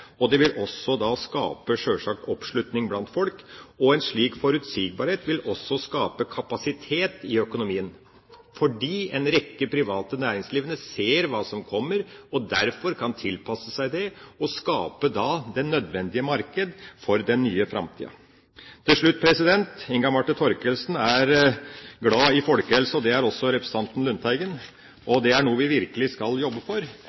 og det vil sjølsagt også skape oppslutning blant folk. En slik forutsigbarhet vil også skape kapasitet i økonomien, fordi en rekke private næringsdrivende ser hva som kommer, og kan derfor tilpasse seg det og skape det nødvendige marked for den nye framtida. Til slutt: Inga Marte Thorkildsen er glad i folkehelse. Det er også representanten Lundteigen. Det er noe vi virkelig skal jobbe for,